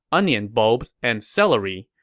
onion bulbs, and celery.